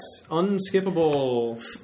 Unskippable